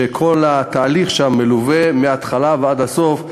ששם כל התהליך מלווה מההתחלה ועד הסוף,